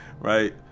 right